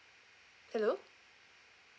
hello